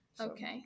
Okay